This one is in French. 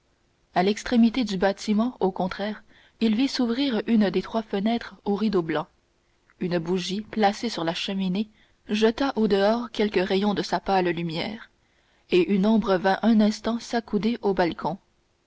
à l'extrémité du bâtiment au contraire il vit s'ouvrir une des trois fenêtres aux rideaux blancs une bougie placée sur la cheminée jeta au-dehors quelques rayons de sa pâle lumière et une ombre vint un instant s'accouder au balcon